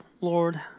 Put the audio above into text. Lord